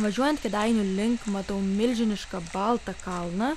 važiuojant kėdainių link matau milžinišką baltą kalną